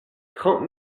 trente